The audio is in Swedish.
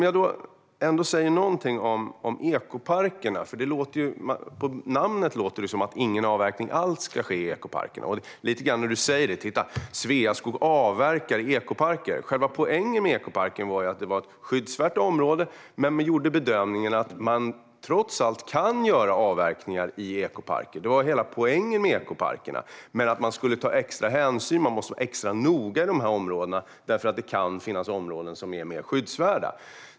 Jag ska ändå säga någonting om ekoparkerna, för på namnet låter det ju som att ingen avverkning alls ska ske där. Schlyter säger lite grann: Titta, Sveaskog avverkar ekoparker! Själva poängen med ekoparken var ju att det var ett skyddsvärt område men att man gjorde bedömningen att man trots allt kan göra avverkningar i ekoparker. Det var hela poängen med ekoparkerna: att man skulle ta extra hänsyn och vara extra noga i de områdena, eftersom det kan finnas områden som är mer skyddsvärda.